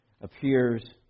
appears